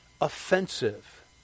offensive